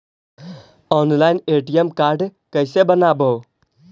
Online ATM card कैसे बनाबौ?